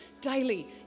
daily